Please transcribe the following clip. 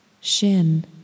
shin